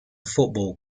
football